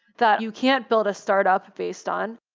that you can't build a startup based on,